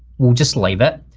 we'll just leave it.